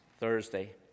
Thursday